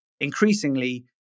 increasingly